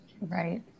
Right